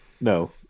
No